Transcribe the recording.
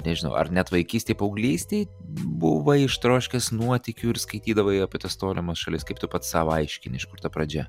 nežinau ar net vaikystėj paauglystėj buvai ištroškęs nuotykių ir skaitydavai apie tas tolimas šalis kaip tu pats sau aiškini iš kur ta pradžia